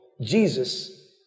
Jesus